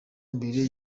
mbere